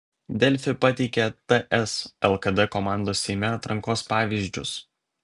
delfi pateikia ts lkd komandos seime atrankos pavyzdžius